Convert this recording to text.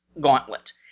gauntlet